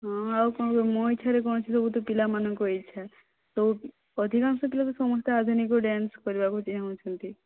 ହଁ ଆଉ କ'ଣ ଗୋ ମୋ ଇଚ୍ଛାରେ କ'ଣ ସେ ସବୁତ ପିଲାମାନଙ୍କ ଇଚ୍ଛା ସବୁ ଅଧିକାଂଶ ପିଲା ତ ସମସ୍ତେ ଆଧୁନିକ ଡ୍ୟାନ୍ସ କରିବାକୁ ଚାଁହୁଛନ୍ତି